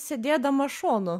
sėdėdama šonu